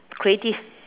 creative